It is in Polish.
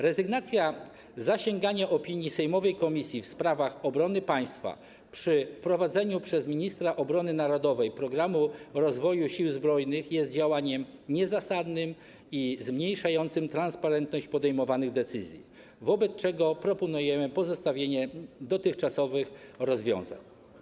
Rezygnacja z zasięgania opinii sejmowej komisji w sprawach obrony państwa przy wprowadzeniu przez ministra obrony narodowej programu rozwoju sił zbrojnych jest działaniem niezasadnym i zmniejszającym transparentność podejmowanych decyzji, wobec czego proponujemy pozostawienie dotychczasowych rozwiązań.